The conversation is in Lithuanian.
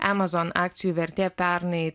amazon akcijų vertė pernai